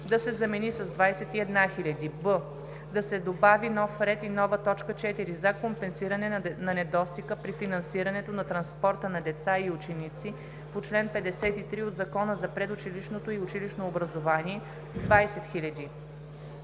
да се замени с „21 000,0“. b. Да се добави нов ред и нова т. 4 – за компенсиране на недостига при финансирането на транспорта на деца и ученици по чл. 53 от Закона за предучилищното и училищно образование – 20